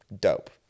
dope